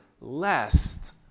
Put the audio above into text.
lest